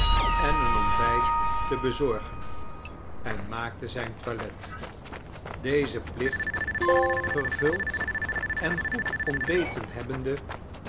en een ontbijt te bezorgen en maakte zijn toilet dezen plicht vervuld en goed ontbeten hebbende